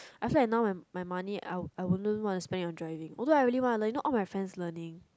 I feel like now my my money I would wouldn't want to spend on driving although I really want to learn you know all of my friends learning